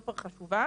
סופר חשובה,